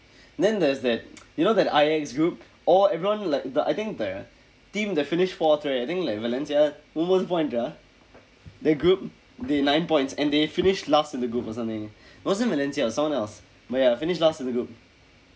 then there's that you know that I X group all everyone like the I think the team that finished fourth right I think like valencia ஒன்பது:onpathu point dah the group they nine points and they finished last in the group or something wasn't valencia it was someone else but ya finished last in the group